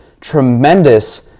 tremendous